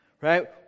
Right